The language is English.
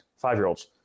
Five-year-olds